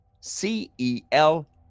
C-E-L